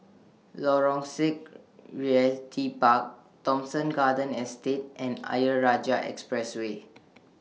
Lorong six Realty Park Thomson Garden Estate and Ayer Rajah Expressway